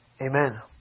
Amen